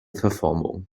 verformung